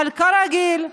אבל כרגיל,